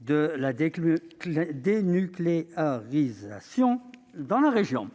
de la dénucléarisation dans la région.